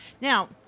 Now